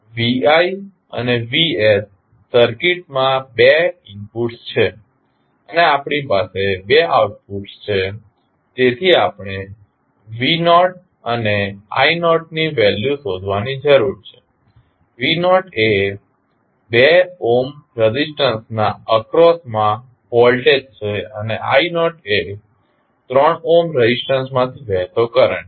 vi અને vs સર્કિટમાં બે ઇનપુટ્સ છે અને આપણી પાસે બે આઉટપુટ્સ છે તેથી આપણે v0અને i0 ની વેલ્યુ શોધવાની જરૂર છે v0એ 2 ઓહ્મ રેઝિસ્ટન્સના અક્રોસમા વોલ્ટેજ છે અને i0 એ 3 ઓહ્મ રેઝિસ્ટન્સ માંથી વહેતો કરંટ છે